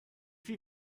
viel